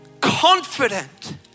confident